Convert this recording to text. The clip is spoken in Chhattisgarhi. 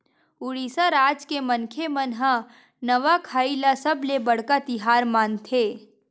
उड़ीसा राज के मनखे मन ह नवाखाई ल सबले बड़का तिहार मानथे